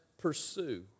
pursue